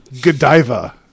Godiva